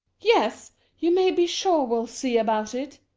yes, you may be sure we'll see about it!